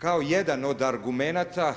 Kao jedan od argumenata